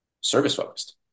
service-focused